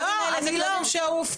הכלבים האלה זה כלבים שהופקרו